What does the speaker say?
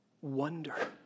wonder